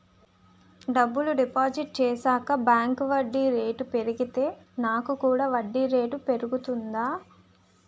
డబ్బులు డిపాజిట్ చేశాక బ్యాంక్ వడ్డీ రేటు పెరిగితే నాకు కూడా వడ్డీ రేటు పెరుగుతుందా?